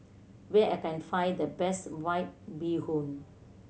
where I can find the best White Bee Hoon